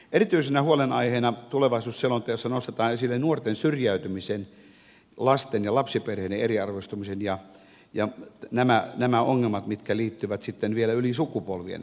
erityisenä huolenaiheena tulevaisuusselonteossa nostetaan esille nuorten syrjäytyminen lasten ja lapsiperheiden eriarvoistuminen ja nämä ongelmat mitkä liittyvät syrjäytymisiin yli sukupolvien